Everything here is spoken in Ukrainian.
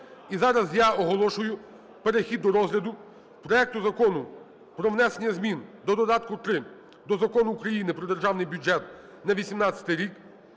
І зараз я оголошую перехід до розгляду проекту Закону про внесення змін до додатка 3 до Закону України про Державний бюджет на 2018 рік